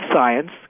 Science